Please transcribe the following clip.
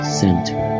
center